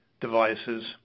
devices